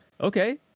okay